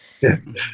Yes